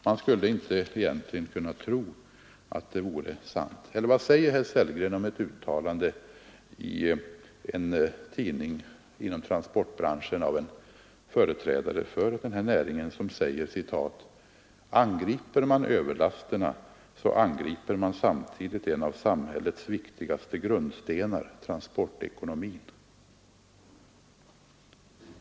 Man skulle egentligen inte kunna tro att det vore sant. Eller vad säger herr Sellgren om detta uttalande i en tidning inom transportbranschen av en företrädare för näringen: Angriper man överlasterna så angriper man samtidigt en av samhällets viktigaste grundstenar, transportekonomin.